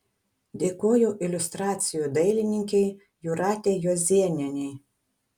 dėkoju iliustracijų dailininkei jūratei juozėnienei